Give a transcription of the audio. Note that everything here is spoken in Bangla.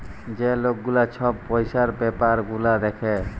যে লক গুলা ছব পইসার ব্যাপার গুলা দ্যাখে